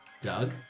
Doug